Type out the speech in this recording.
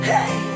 Hey